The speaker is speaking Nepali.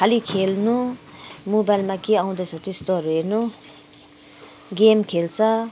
खालि खेल्नु मोबाइलमा के आउँदैछ त्यस्तोहरू हेर्नु गेम खेल्छ